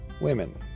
women